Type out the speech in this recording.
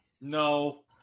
No